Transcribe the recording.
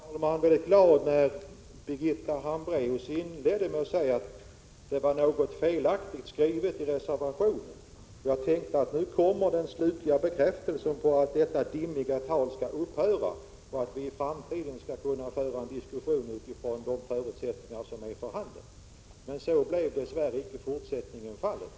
Herr talman! Jag blev väldigt glad när Birgitta Hambraeus inledde med att säga att det blivit något felaktigt skrivet i reservationen. Jag tänkte att nu kommer den slutliga bekräftelsen på att detta dimmiga tal skall upphöra och att vi i framtiden skall kunna föra en diskussion utifrån de förutsättningar som är för handen. Men så blev dess värre icke i fortsättningen fallet.